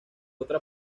otra